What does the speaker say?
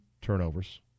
turnovers